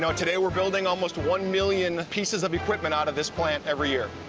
so today, we're building almost one million pieces of equipment out of this plant every year.